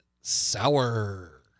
sour